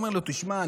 הוא אומר לו: תשמע,